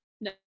No